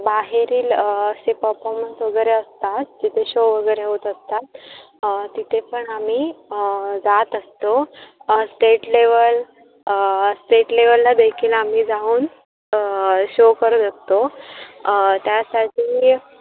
बाहेरील असे पफॉर्मन्स वगैरे असतात जिथे शो वगैरे होत असतात तिथे पण आम्ही जात असतो स्टेट लेवल स्टेट लेवलला देखील आम्ही जाऊन शो करत असतो त्यासाठी